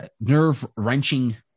nerve-wrenching